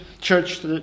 Church